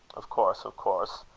of course, of course,